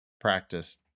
practice